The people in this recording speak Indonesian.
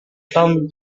tom